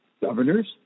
governors